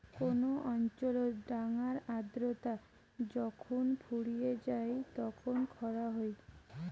কোন অঞ্চলত ডাঙার আর্দ্রতা যখুন ফুরিয়ে যাই তখন খরা হই